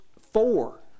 four